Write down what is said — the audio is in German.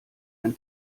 ein